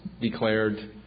declared